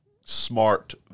smart